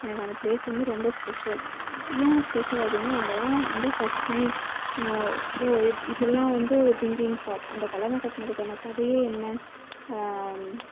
எனக்கு அந்த ப்ளேஸ் வந்து ரொம்ப ஸ்பெஷல் ஏன் ஸ்பெஷல் அப்படின்னா அங்கே தான் வந்து ஃபஸ்ட் டைம் நான் இப்பிட்லாம் வந்து திங்கிங் பார்ட் அந்த கல்லணை கட்டினத்துக்கான கதை என்ன